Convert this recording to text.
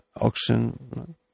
auction